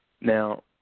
Now